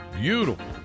Beautiful